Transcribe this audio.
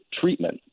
treatment